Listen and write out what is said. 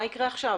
מה יקרה עכשיו?